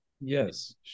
Yes